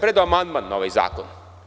Predao sam amandman na ovaj zakon.